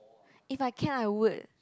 if I can I would